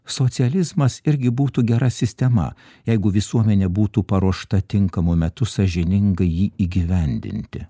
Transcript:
socializmas irgi būtų gera sistema jeigu visuomenė būtų paruošta tinkamu metu sąžiningai jį įgyvendinti